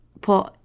put